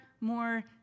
more